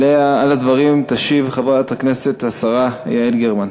על הדברים תשיב חברת הכנסת השרה יעל גרמן.